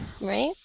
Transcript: Right